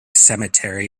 cemetery